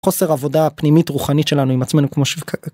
חוסר עבודה פנימית רוחנית שלנו עם עצמנו כמו ש